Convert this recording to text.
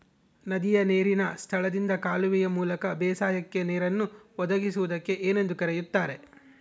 ನದಿಯ ನೇರಿನ ಸ್ಥಳದಿಂದ ಕಾಲುವೆಯ ಮೂಲಕ ಬೇಸಾಯಕ್ಕೆ ನೇರನ್ನು ಒದಗಿಸುವುದಕ್ಕೆ ಏನೆಂದು ಕರೆಯುತ್ತಾರೆ?